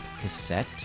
cassette